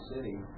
City